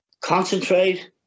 concentrate